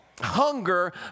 hunger